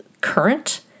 current